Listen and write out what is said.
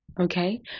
okay